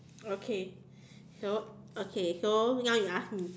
okay so okay so now you ask me